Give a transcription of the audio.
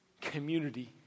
community